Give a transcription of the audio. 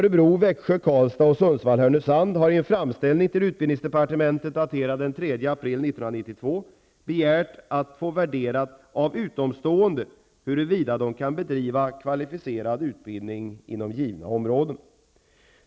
Sundsvall/Härnösand har i en framställning till utbildningsdepartementet, daterad den 3 april 1992, begärt att få värderat av utomstående huruvida de kan bedriva kvalificerad utbildning inom givna områden.